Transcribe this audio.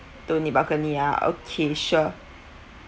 don't need balcony ah okay sure